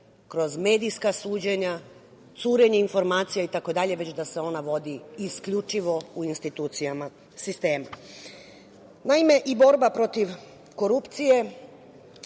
kroz medijska suđenja, curenja informacija, već da se ona vodi isključivo u institucijama sistema. Naime, i borba protiv korupcije